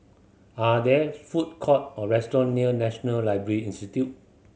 are there food court or restaurant near National Library Institute